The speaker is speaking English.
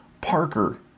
Parker